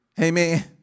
Amen